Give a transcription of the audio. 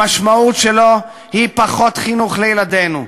המשמעות שלו היא פחות חינוך לילדינו,